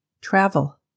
Travel